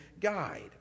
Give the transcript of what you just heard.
guide